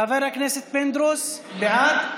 אז אני קובע שהודעת הממשלה עוברת: 41 חברי כנסת בעד,